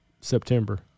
September